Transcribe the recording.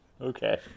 Okay